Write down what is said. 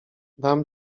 dam